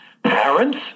Parents